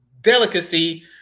delicacy